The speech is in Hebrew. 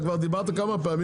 אני